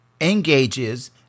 engages